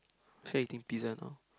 feel like eating pizza now